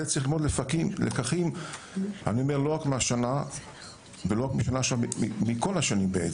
זה מצריך הפקת לקחים לא רק מן השנה ולא רק משנה שעברה אלא מכל השנים.